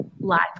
life